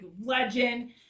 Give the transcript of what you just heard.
legend